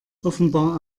offenbar